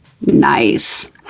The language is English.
Nice